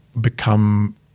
become